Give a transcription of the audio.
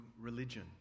religion